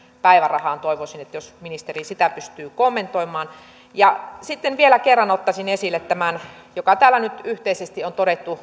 päivärahaan toivoisin että ministeri sitä pystyisi kommentoimaan sitten vielä kerran ottaisin esille tämän joka täällä nyt yhteisesti on todettu